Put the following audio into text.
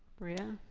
bria?